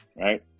right